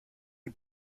die